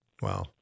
Wow